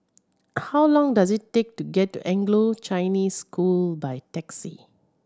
how long does it take to get to Anglo Chinese School by taxi